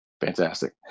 Fantastic